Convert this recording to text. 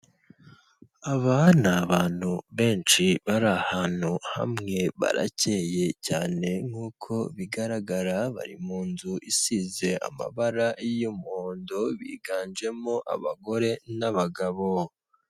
Aba ni abantu benshi bari ahantu hamwe barakeye cyane nkuko bigaragara bari muzu isize amabara y'umuhondo biganjemo abagore n'abagabo.